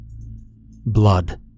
Blood